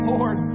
Lord